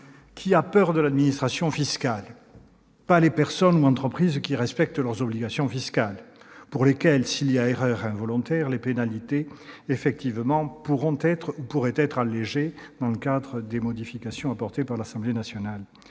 Qui a peur de l'administration fiscale ? Pas les personnes ou entreprises qui respectent leurs obligations fiscales, pour lesquelles, s'il y a erreur involontaire, les pénalités pourront ou pourraient être allégées dans le cadre des modifications apportées par l'Assemblée nationale.